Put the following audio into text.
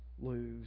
lose